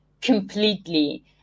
completely